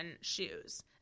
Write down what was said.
shoes